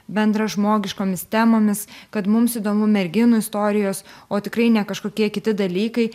bendražmogiškomis temomis kad mums įdomu merginų istorijos o tikrai ne kažkokie kiti dalykai